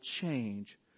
change